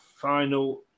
final